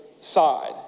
side